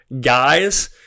guys